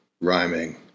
rhyming